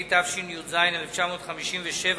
התשי"ז 1957,